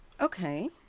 Okay